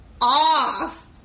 off